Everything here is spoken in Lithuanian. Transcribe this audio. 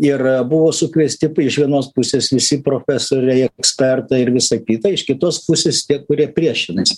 ir buvo sukviesti iš vienos pusės visi profesoriai ekspertai ir visa kita iš kitos pusės tie kurie priešinasi